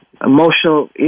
emotional